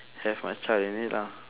have my child in it lah